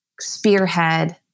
spearhead